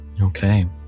Okay